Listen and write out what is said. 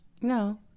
no